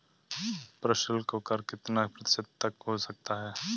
प्रशुल्क कर कितना प्रतिशत तक हो सकता है?